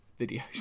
videos